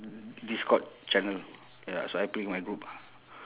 discord channel ya so I play with my group